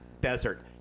Desert